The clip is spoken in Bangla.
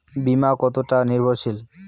বীমা করা কতোটা নির্ভরশীল?